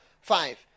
five